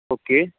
okay